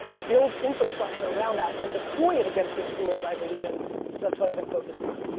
build infrastructure around that and deploy it against this world i believe in so that's what i've been focused on.